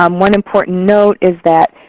um one important note is that